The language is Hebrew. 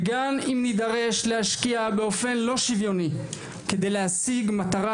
וגם אם נידרש להשקיע באופן לא שוויוני כדי להשיג מטרה